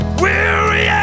weary